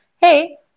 hey